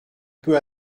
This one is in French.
peu